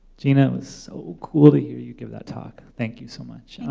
gina, it was so cool to hear you give that talk. thank you so much. and